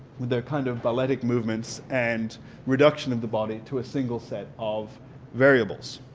they're kind of balletic movements and reduction of the body to a single set of variables.